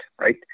Right